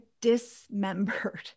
dismembered